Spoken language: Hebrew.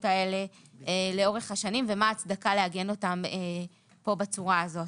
האלה לאורך השנים ומה ההצדקה לעגן אותן כאן בצורה הזאת.